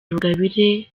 rugabire